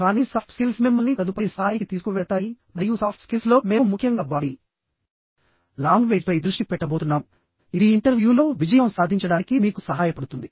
కానీ soft skills మిమ్మల్ని తదుపరి స్థాయికి తీసుకువెళతాయి మరియు సాఫ్ట్ స్కిల్స్లో మేము ముఖ్యంగా బాడీ లాంగ్వేజ్పై దృష్టి పెట్టబోతున్నాము ఇది ఇంటర్వ్యూలో విజయం సాధించడానికి మీకు సహాయపడుతుంది